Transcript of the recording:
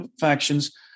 factions